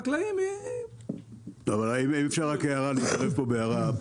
אני מבקש להעיר הערה.